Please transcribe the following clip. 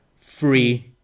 free